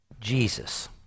Jesus